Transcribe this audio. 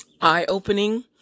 eye-opening